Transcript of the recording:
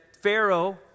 Pharaoh